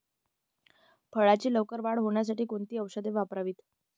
फळाची लवकर वाढ होण्यासाठी कोणती औषधे वापरावीत?